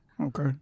Okay